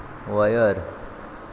वयर